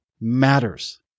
matters